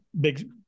big